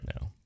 now